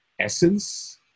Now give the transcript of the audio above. Essence